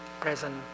present